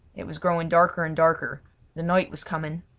it was growing darker and darker the night was coming.